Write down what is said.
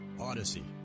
Odyssey